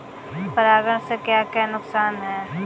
परागण से क्या क्या नुकसान हैं?